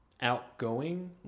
outgoing